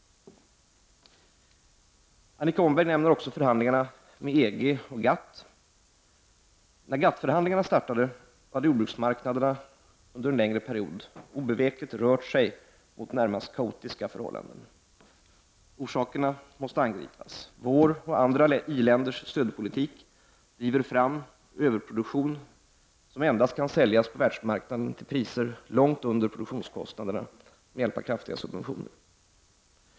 Annika Åhnberg nämner också förhandlingarna med EG och GATT. När GATT-förhandlingarna startade hade jordbruksmarknaderna under en längre period obevekligt rört sig mot närmast kaotiska förhållanden. Orsakerna måste angripas. Vår och andra i-länders stödpolitik driver fram överproduktion som endast kan säljas på världsmarknaden till priser långt under produktionskostnaderna med hjälp av kraftiga subventioner.